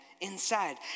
inside